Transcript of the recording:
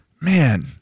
man